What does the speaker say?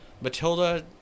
Matilda